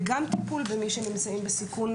וגם טיפול במי שנמצאים בסיכון,